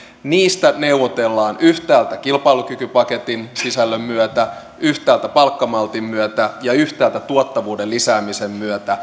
niistä neuvotellaan yhtäältä kilpailukykypaketin sisällön myötä yhtäältä palkkamaltin myötä ja yhtäältä tuottavuuden lisäämisen